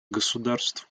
государств